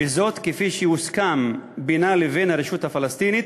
וזאת כפי שהוסכם בינה לבין הרשות הפלסטינית